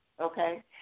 okay